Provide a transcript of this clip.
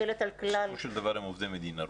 בסופו של דבר רובם עובדי מדינה,